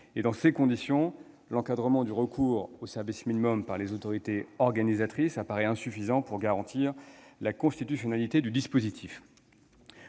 Dans ces conditions, l'encadrement du recours au service minimum par les autorités organisatrices apparaît insuffisant pour garantir la constitutionnalité du dispositif.